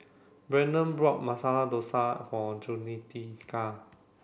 Brandon bought Masala Dosa for Jaunita